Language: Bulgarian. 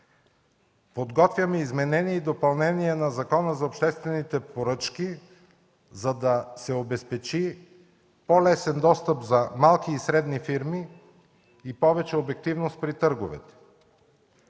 Подготвяме изменение и допълнение на Закона за обществените поръчки, за да се обезпечи по-лесен достъп за малки и средни фирми и повече обективност при търговете.